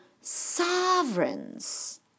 sovereigns